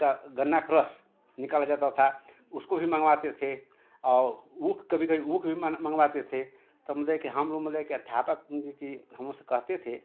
गन्ना क रस निकाला जाता था उसको भी मँगवाते थे और ऊख कभी कभी ऊख भी मँगवाते थे त मदे है कि हम मदे की अध्यापक मदे की हम उस कहते थे